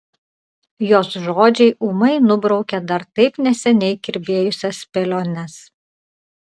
jos žodžiai ūmai nubraukia dar taip neseniai kirbėjusias spėliones